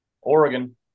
oregon